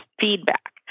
feedback